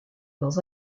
dans